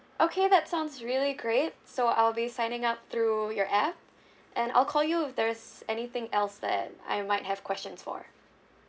okay that sounds really great so I'll be signing up through your app and I'll call you if there's anything else that I might have questions for